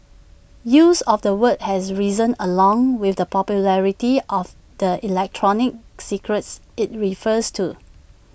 use of the word has risen along with the popularity of the electronic cigarettes IT refers to